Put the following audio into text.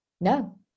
No